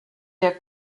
der